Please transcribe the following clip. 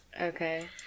Okay